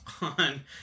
on